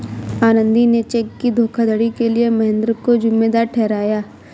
आनंदी ने चेक की धोखाधड़ी के लिए महेंद्र को जिम्मेदार ठहराया